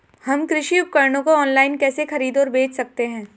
हम कृषि उपकरणों को ऑनलाइन कैसे खरीद और बेच सकते हैं?